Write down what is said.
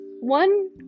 one